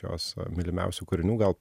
jos mylimiausių kūrinių gal